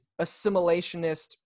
assimilationist